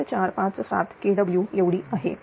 7457kW एवढी आहे